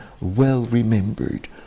well-remembered